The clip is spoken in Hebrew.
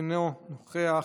אינו נוכח.